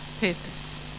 purpose